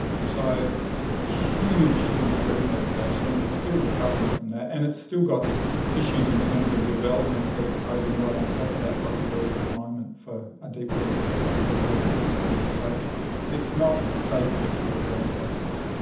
so it's a huge, huge breeding aggregation and it's still recovering from that, and it's still got issues in terms of developments they're proposing right on top of that rocky reef at the moment for a deepwater port and a desalination plant. so it's not safe yet for the giant cuttlefish.